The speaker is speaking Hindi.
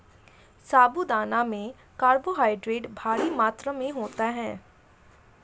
साबूदाना में कार्बोहायड्रेट भारी मात्रा में होता है